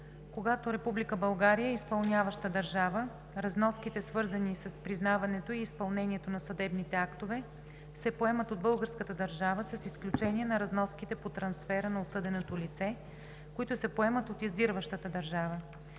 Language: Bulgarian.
България е изпълняваща държава, разноските, свързани с признаването и изпълнението на съдебните актове, се поемат от българската държава с изключение на разноските по трансфера на осъденото лице, които се поемат от издаващата държава.